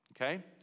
Okay